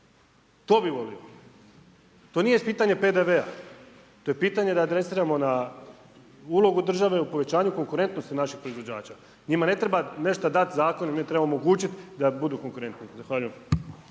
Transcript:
To bih volio. To nije pitanje PDV-a, to je pitanje da adresiramo na ulogu države u povećanju konkurentnosti naših proizvođača. Njima ne treba nešto dati zakonima, mi trebamo omogućiti da budu konkretni. Zahvaljujem.